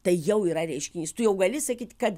tai jau yra reiškinys tu jau gali sakyti kad